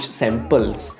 samples